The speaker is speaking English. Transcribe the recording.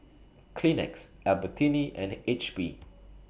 Kleenex Albertini and H P